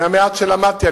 מהמעט שלמדתי,